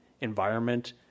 environment